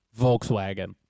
Volkswagen